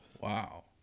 Wow